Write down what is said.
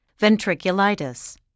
ventriculitis